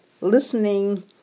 listening